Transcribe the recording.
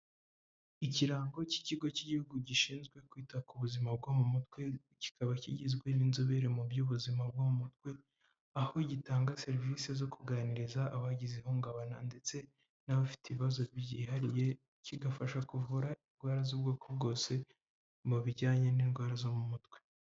Ikirango cy'ikigo cy'igihugu gishinzwe kwita ku buzima bwo mu mutwe kikaba kigizwe n'inzobere mu by'ubuzima bwo mu mutwe, aho gitanga serivisi zo kuganiriza abagize ihungabana ndetse n'abafite ibibazo byihariye kigafasha kuvura indwara z'ubwoko bwose mu bijyanye n'indwara zo mu mutwe.